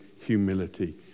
humility